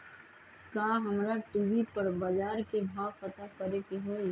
का हमरा टी.वी पर बजार के भाव पता करे के होई?